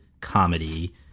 comedy